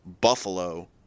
Buffalo